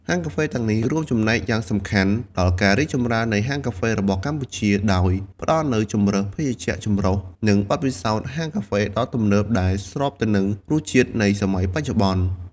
ហាងកាហ្វេទាំងនេះរួមចំណែកយ៉ាងសំខាន់ដល់ ការរីកចម្រើននៃហាងកាហ្វេរបស់កម្ពុជា ដោយផ្តល់នូវជម្រើសភេសជ្ជៈចម្រុះ និងបទពិសោធន៍ហាងកាហ្វេដ៏ទំនើបដែលស្របទៅនឹងរសជាតិនៃសម័យបច្ចុប្បន្ន។